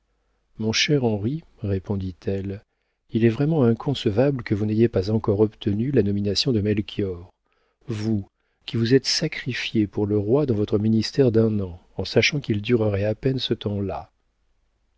mon cher henri répondit-elle il est vraiment inconcevable que vous n'ayez pas encore obtenu la nomination de melchior vous qui vous êtes sacrifié pour le roi dans votre ministère d'un an en sachant qu'il durerait à peine ce temps-là